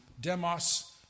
demos